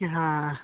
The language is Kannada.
ಹಾಂ